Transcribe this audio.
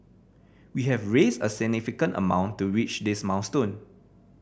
we have raised a significant amount to reach this milestone